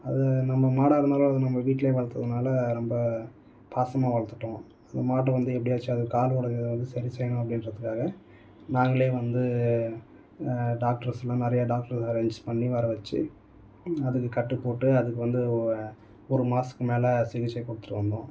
அது நம்ம மாடாக இருந்தாலும் அது நம்ம வீட்லேயே வளர்த்ததுனால ரொம்ப பாசமாக வளர்த்துட்டோம் இந்த மாட்டை வந்து எப்படியாச்சும் அது கால் ஒடைஞ்சத வந்து சரி செய்யணும் அப்படின்றதுக்காக நாங்களே வந்து டாக்டர்ஸுலாம் நிறைய டாக்டர்ஸ் அரேஞ்ச் பண்ணி வர வைச்சி அதுக்கு கட்டு போட்டு அதுக்கு வந்து ஒரு மாதத்துக்கு மேலே சிகிச்சை கொடுத்துட்டு வந்தோம்